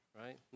right